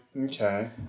Okay